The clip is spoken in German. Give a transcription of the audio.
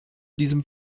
diesem